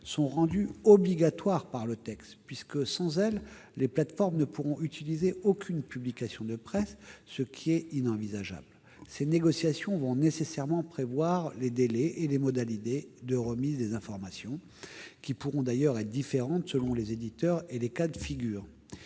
sont rendues obligatoires par le texte, puisque sans elles les plateformes ne pourront utiliser aucune publication de presse, ce qui serait inenvisageable. Ces négociations vont nécessairement prévoir les délais et les modalités de remise des informations qui pourront d'ailleurs être différents selon les éditeurs et les cas de figure.